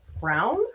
brown